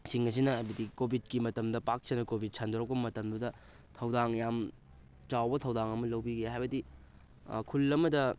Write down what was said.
ꯁꯤꯡ ꯑꯁꯤꯅ ꯍꯥꯏꯕꯗꯤ ꯀꯣꯚꯤꯗꯀꯤ ꯃꯇꯝꯗ ꯄꯥꯛ ꯁꯟꯅ ꯀꯣꯚꯤꯗ ꯁꯟꯗꯣꯔꯛꯄ ꯃꯇꯝꯗꯨꯗ ꯊꯧꯗꯥꯡ ꯌꯥꯝ ꯆꯥꯎꯕ ꯊꯧꯗꯥꯡ ꯑꯃ ꯂꯧꯕꯤꯈꯤ ꯍꯥꯏꯕꯗꯤ ꯈꯨꯜ ꯑꯃꯗ